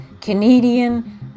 Canadian